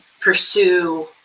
pursue